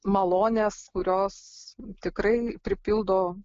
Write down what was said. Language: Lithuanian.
malones kurios tikrai pripildo